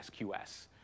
SQS